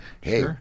Hey